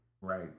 Right